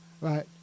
right